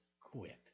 quit